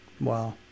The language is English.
Wow